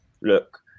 look